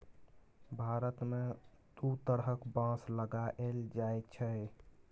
भारत मे दु तरहक बाँस लगाएल जाइ छै